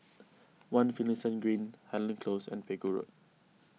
one Finlayson Green Highland Close and Pegu Road